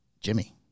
Jimmy